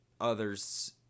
others